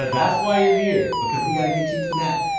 and that's why you're here, because we gotta get you to that